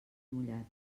mullat